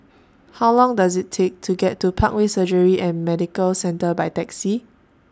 How Long Does IT Take to get to Parkway Surgery and Medical Centre By Taxi